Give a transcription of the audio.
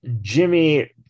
Jimmy